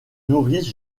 nourrissent